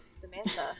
Samantha